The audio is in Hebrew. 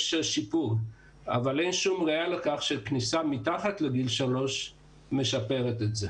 יש שיפור אבל אין שום ראיה לכך שכניסה מתחת לגיל שלוש משפרת את זה.